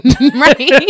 right